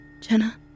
Jenna